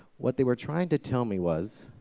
what they were trying to tell me was